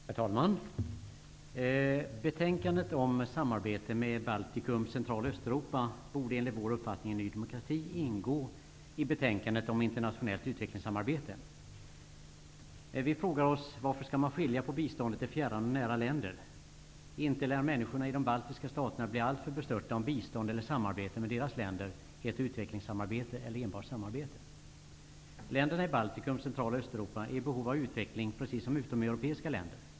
Herr talman! Betänkandet om samarbete med Baltikum, Central och Östeuropa borde enligt Ny demokratis uppfattning ingå i betänkandet om internationellt utvecklingssamarbete. Vi frågar varför man skall skilja på biståndet till fjärran och nära länder. Inte lär människorna i de baltiska staterna bli alltför bestörta om bistånd eller samarbete med deras länder heter utvecklingssamarbete eller enbart samarbete. Länderna i Baltikum, Central och Östeuropa är i behov av utveckling precis som utomeuropeiska länder.